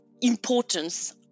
importance